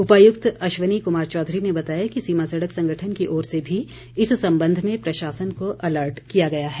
उपायुक्त अश्वनी कुमार चौधरी ने बताया कि सीमा सड़क संगठन की ओर से भी इस संबंध में प्रशासन को अलर्ट किया गया है